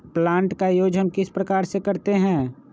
Plant का use हम किस प्रकार से करते हैं?